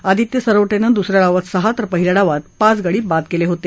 आदित्य सरवटेनं दुसऱ्या डावात सहा तर पहिल्या डावात पाच गडी बाद केले होते